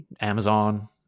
Amazon